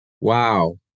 wow